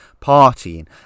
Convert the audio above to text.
partying